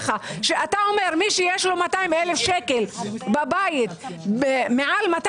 כשאתה אומר שמי שיש לו מעל 200,000 שקל בבית הוא עבריין,